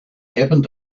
happened